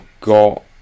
got